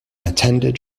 attended